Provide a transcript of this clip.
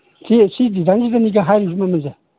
ꯁꯤ ꯁꯤ ꯗꯤꯖꯥꯎꯟꯁꯤꯗꯅꯤ ꯍꯥꯏꯔꯤꯕ ꯃꯃꯜꯁꯦ